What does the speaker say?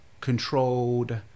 controlled